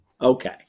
Okay